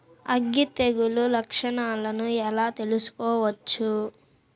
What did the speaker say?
అగ్గి తెగులు లక్షణాలను ఎలా తెలుసుకోవచ్చు?